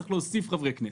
צריך להוסיף חברי כנסת.